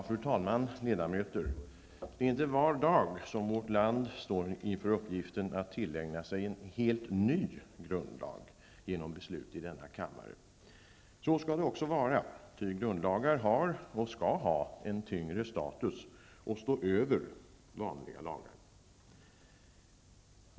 Fru talman, ledamöter! Det är inte var dag som vårt land står inför uppgiften att tillägna sig en helt ny grundlag genom beslut i denna kammare. Så skall det också vara, ty grundlagar har och skall ha en tyngre status än och stå över vanliga lagar.